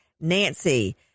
Nancy